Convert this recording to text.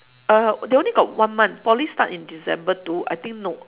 uh they only got one month poly start in december though I think err